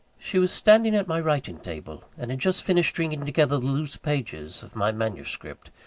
she was standing at my writing-table, and had just finished stringing together the loose pages of my manuscript,